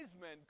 men